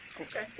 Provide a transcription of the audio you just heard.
Okay